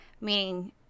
Meaning